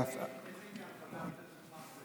כן, באיזה עניין, חבר הכנסת מקלב?